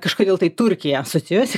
kažkodėl tai turkija asocijuojasi